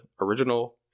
original